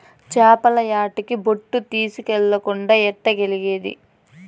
చేపల యాటకి బోటు తీస్కెళ్ళకుండా ఎట్టాగెల్లేది